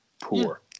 poor